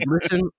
listen